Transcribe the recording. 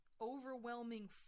overwhelming